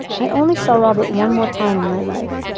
i only saw robert one more time in my life.